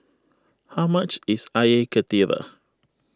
how much is Air Karthira